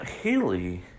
Haley